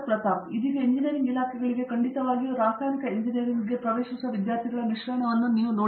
ಪ್ರತಾಪ್ ಹರಿಡೋಸ್ ಇದೀಗ ಎಂಜಿನಿಯರಿಂಗ್ ಇಲಾಖೆಗಳಿಗೆ ಖಂಡಿತವಾಗಿಯೂ ರಾಸಾಯನಿಕ ಎಂಜಿನಿಯರಿಂಗ್ಗೆ ಪ್ರವೇಶಿಸುವ ವಿದ್ಯಾರ್ಥಿಗಳ ಮಿಶ್ರಣವನ್ನು ನೀವು ನೋಡಿ